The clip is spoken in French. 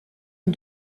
une